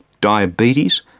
diabetes